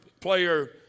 player